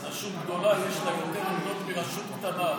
אז לרשות גדולה יש יותר עמדות מאשר לרשות קטנה.